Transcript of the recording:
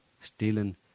stealing